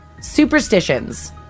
superstitions